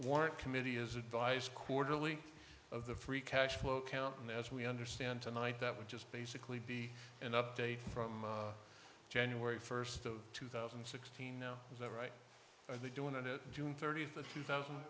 warrant committee is advice quarterly of the free cash flow count and as we understand tonight that would just basically be an update from january first of two thousand and sixteen now is that right and they do and it june thirtieth of two thousand